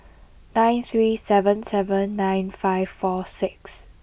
nine three seven seven nine five four six